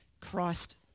Christ